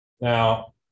Now